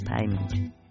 payment